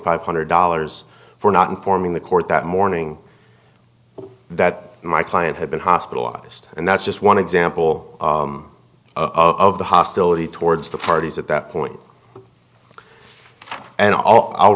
five hundred dollars for not informing the court that morning that my client had been hospitalized and that's just one example of the hostility towards the parties at that point and i'll